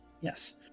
yes